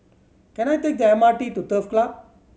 can I take the M R T to Turf Club